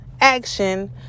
action